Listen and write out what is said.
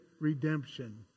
redemption